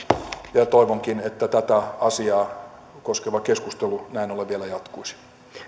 ja ja toivonkin että tätä asiaa koskeva keskustelu näin ollen vielä jatkuisi